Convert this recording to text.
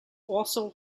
also